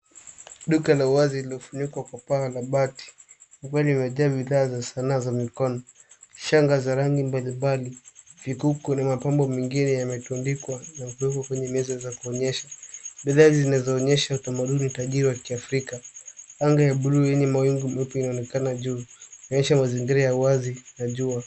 Duka la wazi lililofunikwa kwa paa la bati likiwalimejaa bidhaa za sanaa za mikono, shanga za rangi mbalimbali, vikuku na mapambo mengine yametundikwa na kuwekwa kwenye meza za kuonyesha. Bidhaa hizi zinaonyesha utamaduni tajiri wa kiafrika. Anga ya buluu yenye mawingu meupe inaonekana juu ikionyesha mazingira ya wazi ya jua.